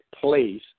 place